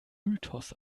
mythos